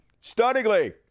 stunningly